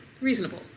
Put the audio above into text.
Reasonable